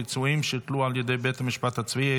פיצויים שהוטלו על ידי בית משפט צבאי),